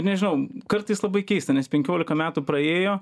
nežinau kartais labai keista nes penkiolika metų praėjo